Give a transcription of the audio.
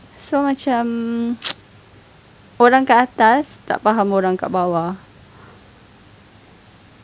so macam orang dekat atas tak faham orang dekat bawah